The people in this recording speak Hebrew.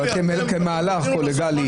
אבל כמהלך קולגיאלי,